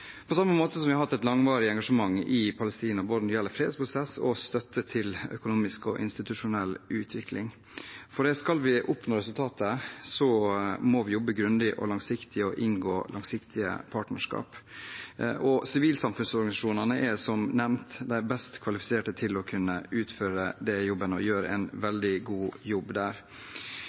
på samme måte som vi har hatt et langvarig engasjement i Palestina når det gjelder både fredsprosess og støtte til økonomisk og institusjonell utvikling. For skal vi oppnå resultater, må vi jobbe grundig og langsiktig og inngå langsiktige partnerskap. Sivilsamfunnsorganisasjonene er som nevnt de best kvalifiserte til å kunne utføre den jobben, og gjør en veldig god jobb der.